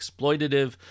exploitative